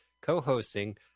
co-hosting